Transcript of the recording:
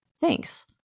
Thanks